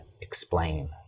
explain